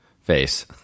face